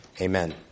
Amen